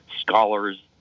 scholars